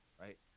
Right